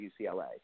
UCLA